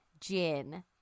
Jin